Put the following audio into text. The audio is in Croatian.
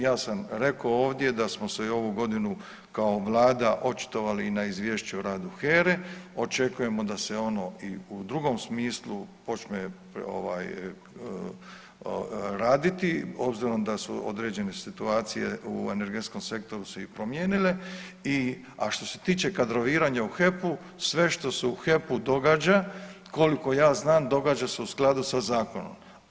Ja sam rekao ovdje da smo se i ovu godinu kao vlada očitovali i na izvješće o radu HERA-e, očekujemo da se ono i u drugom smislu počne ovaj raditi obzirom da su određene situacije u energetskom sektoru se i promijenile i, a što se tiče kadroviranja u HEP-u sve što se u HEP-u događa, koliko ja znam događa se u skladu sa zakonom.